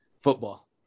football